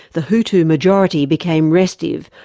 the hutu majority became restive,